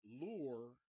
lure